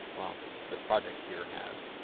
well this project here has,